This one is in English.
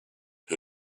who